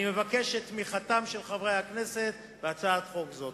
אני מבקש את תמיכתם של חברי הכנסת בהצעת חוק זאת.